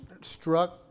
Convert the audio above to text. struck